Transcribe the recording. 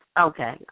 Okay